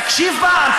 תקשיב פעם.